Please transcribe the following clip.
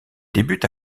débute